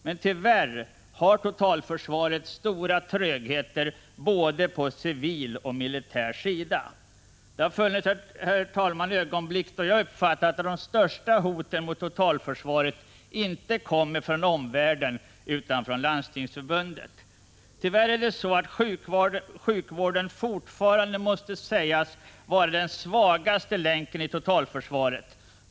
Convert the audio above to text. Men tyvärr har totalförsvaret stora trögheter både på civil och på militär sida. Herr talman! Det har funnits ögonblick då jag har uppfattat att det största hotet mot totalförsvaret inte kommer från omvärlden utan från Landstingsförbundet. Tyvärr måste sjukvården fortfarande sägas vara den svagaste länken totalförsvaret.